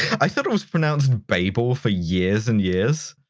i thought it was pronounced bay-ble for years and years.